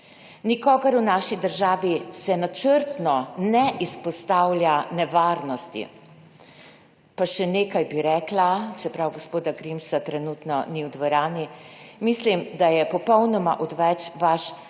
Nikogar v naši državi se načrtno ne izpostavlja nevarnosti. Pa še nekaj bi rekla, čeprav gospoda Grimsa trenutno ni v dvorani, mislim, da je popolnoma odveč vaš